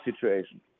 situation